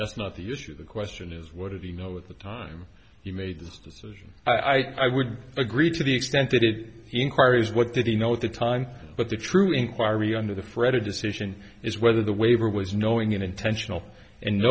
that's not the issue the question is what did he know at the time he made this decision i would agree to the extent that it inquiries what did he know at the time but the true inquiry under the fred a decision is whether the waiver was knowing in intentional